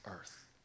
earth